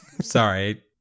Sorry